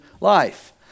life